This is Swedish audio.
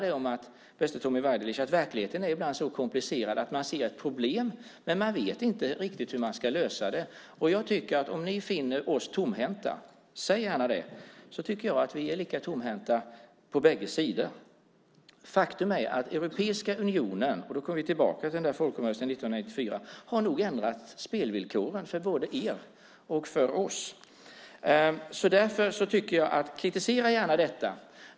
Tommy Waidelich, verkligheten är ibland så komplicerad att man ser ett problem men man vet inte riktigt hur man ska lösa det. Om ni finner oss tomhänta - säg gärna det - tycker jag att vi är lika tomhänta på bägge sidor. Faktum är att Europeiska unionen - då kommer vi tillbaka till folkomröstningen 1994 - nog har ändrat spelvillkoren för både er och oss. Kritisera gärna detta!